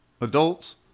adults